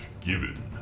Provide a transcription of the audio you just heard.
given